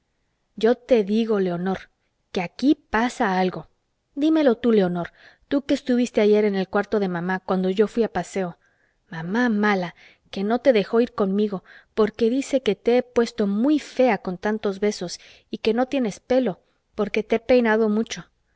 yo te digo leonor que aquí pasa algo dímelo tú leonor tú que estuviste ayer en el cuarto de mamá cuando yo fui a paseo mamá mala que no te dejó ir conmigo porque dice que te he puesto muy fea con tantos besos y que no tienes pelo porque te he peinado mucho